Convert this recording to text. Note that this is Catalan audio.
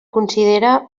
considera